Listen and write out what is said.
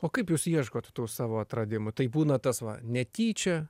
o kaip jūs ieškot tų savo atradimų tai būna tas va netyčia